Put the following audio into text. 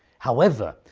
however,